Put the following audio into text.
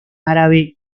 árabe